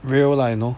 real lah you know